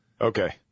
Okay